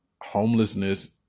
homelessness